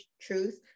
Truth